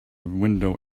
window